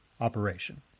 operation